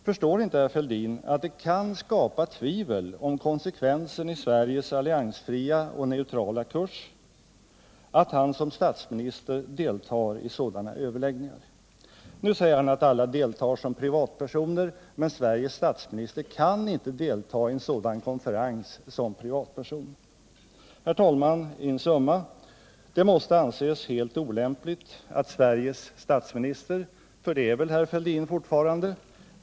Förstår inte herr Fälldin att det kan skapa tvivel om konsekvensen i Sveriges alliansfria och neutrala kurs att han som statsminister deltar i sådana överläggningar? Nu säger herr Fälldin att alla deltar i konferenserna som privatpersoner. Men Sveriges statsminister kan inte delta i en sådan konferens som privatperson. Herr talman! In summa: Det måste anses helt olämpligt att Sveriges statsminister — för det är väl herr Fälldin fortfarande?